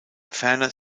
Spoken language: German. ferner